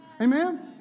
Amen